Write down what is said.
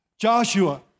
Joshua